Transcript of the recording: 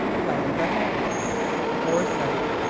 plans ahead foresight,